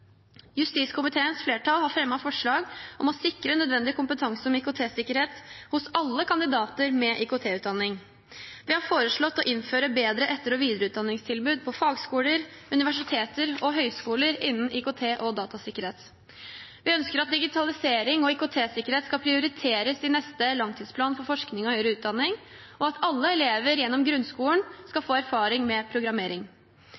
Justiskomiteens flertall har fremmet forslag om å sikre nødvendig kompetanse om IKT-sikkerhet hos alle kandidater med IKT-utdanning. Vi har foreslått å innføre bedre etter- og videreutdanningstilbud på fagskoler, universiteter og høyskoler innen IKT- og datasikkerhet. Vi ønsker at digitalisering og IKT-sikkerhet skal prioriteres i neste langtidsplan for forskning og høyere utdanning, og at alle elever gjennom grunnskolen